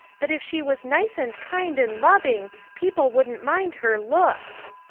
that if she was nice and kind and loving people wouldn't mind her looks,